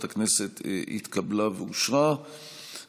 היערכות המדינה למגפות ולרעידות אדמה לוועדת החוקה,